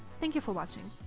thank you for watching!